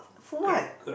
for what